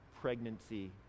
pregnancy